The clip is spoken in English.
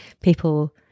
people